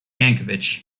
yankovic